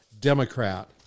Democrat